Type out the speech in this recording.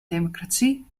democratie